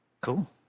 Cool